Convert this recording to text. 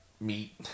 meat